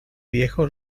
viejo